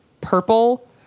purple